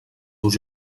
teus